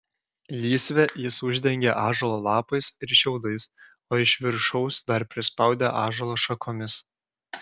lysvę jis uždengė ąžuolo lapais ir šiaudais o iš viršaus dar prispaudė ąžuolo šakomis